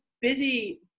busy